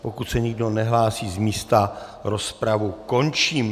Pokud se nikdo nehlásí z místa, rozpravu končím.